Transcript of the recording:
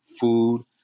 food